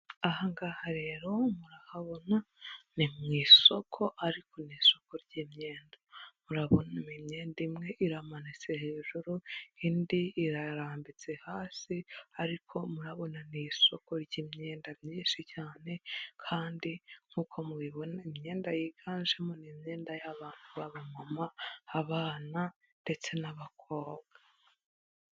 Aha ngaha rero murahabona ni mu isoko ariko ni isoko ry'imyenda. Murabona imyenda imwe iramanitse hejuru indi irarambitse hasi, ariko murabona ni isoko ry'imyenda myinshi cyane kandi nk'uko mubibona imyenda yiganjemo ni imyenda y'abantu b'abamama, abana ndetse n'abakobwa.